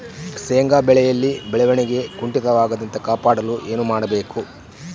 ಶೇಂಗಾ ಬೆಳೆಯಲ್ಲಿ ಬೆಳವಣಿಗೆ ಕುಂಠಿತವಾಗದಂತೆ ಕಾಪಾಡಲು ಏನು ಮಾಡಬೇಕು?